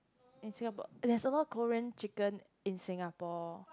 in Singapore there is a lot Korean chicken in Singapore